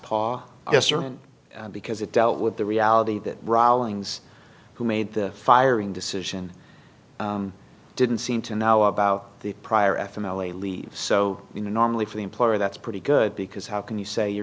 and because it dealt with the reality that rowlings who made the firing decision didn't seem to know about the prior f m l a leave so you know normally for the employer that's pretty good because how can you say you're